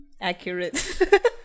accurate